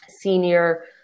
senior